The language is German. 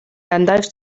gandalf